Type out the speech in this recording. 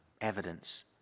evidence